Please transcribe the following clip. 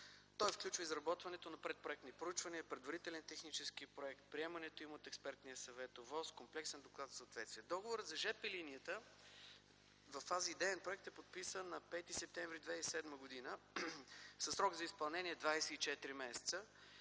Той включва изработването на предпроектни проучвания, предварителен технически проект, приемането им от Експертния съвет, ОВОС, комплексен доклад за съответствие. Договорът за жп линията във фаза идеен проект е подписан на 5 септември 2007 г. със срок за изпълнение – 24 месеца,